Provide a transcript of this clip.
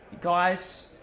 Guys